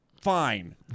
Fine